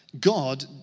God